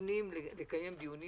מתכוונים לקיים דיונים